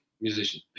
musician